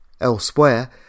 Elsewhere